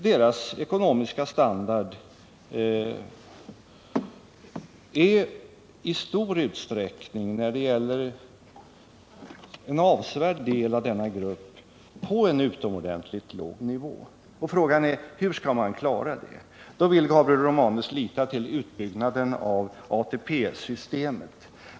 Den ekonomiska standarden när det gäller en avsevärd del av denna grupp ligger på en utomordentligt låg nivå. Frågan är: Hur skall man klara det? Gabriel Romanus litar då till utbyggnaden av ATP-systemet.